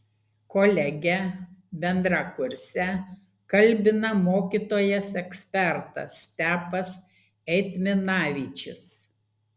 kolegę bendrakursę kalbina mokytojas ekspertas stepas eitminavičius